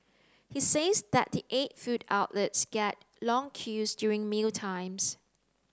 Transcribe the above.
he says that the eight food outlets get long queues during mealtimes